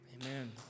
Amen